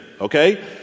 okay